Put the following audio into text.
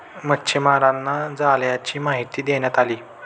मच्छीमारांना जाळ्यांची माहिती देण्यात आली